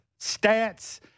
stats